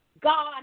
God